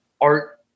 art